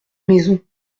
maison